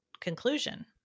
conclusion